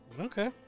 Okay